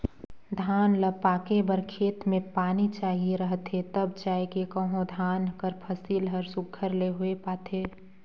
धान ल पाके बर खेत में पानी चाहिए रहथे तब जाएके कहों धान कर फसिल हर सुग्घर ले होए पाथे